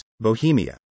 Bohemia